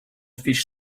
fish